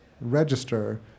register